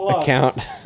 account